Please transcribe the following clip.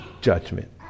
judgment